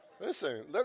Listen